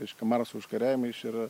iš kamaros užkariavimais čia yra